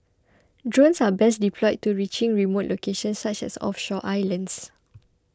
drones are best deployed to reaching remote locations such as offshore islands